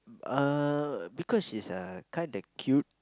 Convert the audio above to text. mm uh because she's uh kinda cute